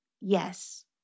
Yes